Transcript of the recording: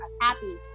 happy